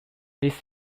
this